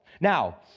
Now